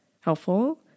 helpful